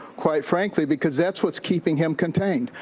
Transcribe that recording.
quite frankly, because that's what's keeping him contained.